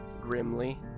grimly